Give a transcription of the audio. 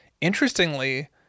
Interestingly